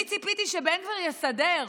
אני ציפיתי שבן גביר יסדר.